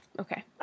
Okay